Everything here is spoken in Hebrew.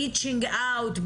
ריצ'ינג אאוט,